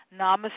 Namaste